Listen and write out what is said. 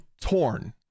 torn